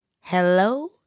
Hello